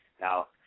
Now